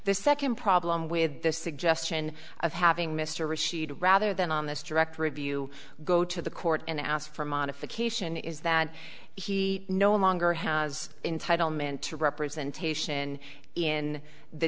the second problem with the suggestion of having mr rashid rather than on this direct review go to the court and ask for a modification is that he no longer has entitle mint to representation in the